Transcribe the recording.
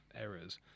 errors